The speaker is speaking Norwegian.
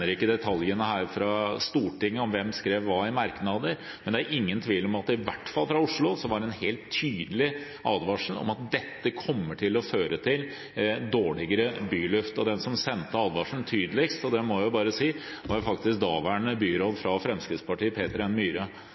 ikke detaljene fra Stortinget om hvem som skrev hva i merknader, men det er ingen tvil om at det i hvert fall fra Oslo var en helt tydelig advarsel om at dette kommer til å føre til dårligere byluft, og den som sendte advarselen tydeligst – det må jeg bare si – var faktisk daværende byråd fra Fremskrittspartiet, Peter N. Myhre.